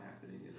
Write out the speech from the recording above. happening